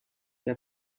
der